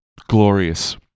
glorious